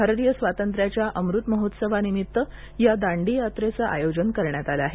भारतीय स्वातंत्र्याच्या अमृत महोत्सवानिमित्त या दांडी यात्रेच आयोजन करण्यात आलं आहे